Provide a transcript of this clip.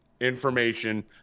information